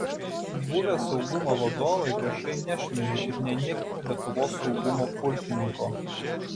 buvę saugumo vadovai viešai nešmeižė ir neniekino lietuvos saugumo pulkininko